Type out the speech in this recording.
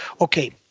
Okay